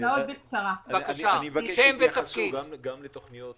אני מבקש שיתייחסו גם לתוכנית